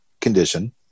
condition